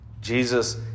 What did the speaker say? Jesus